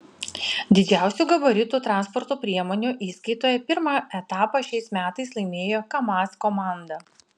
didžiausių gabaritų transporto priemonių įskaitoje pirmą etapą šiais metais laimėjo kamaz komanda